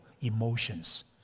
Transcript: emotions